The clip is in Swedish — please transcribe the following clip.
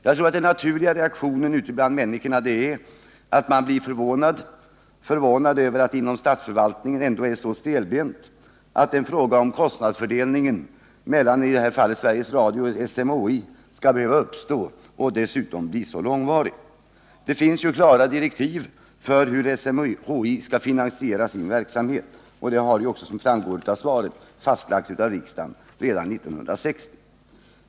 Jag tror att den naturliga reaktionen ute bland människorna är att man blir förvånad över att administrationen inom statsförvaltningen är så stelbent att en tvist i fråga om kostnadsfördelningen mellan i det här fallet Sveriges Radio och SMHI skall behöva uppstå och dessutom bli så långvarig. Det finns ju klara direktiv för hur SMHI skall finansiera sin verksamhet, och som framgår av svaret har detta fastlagts av riksdagen redan 1960.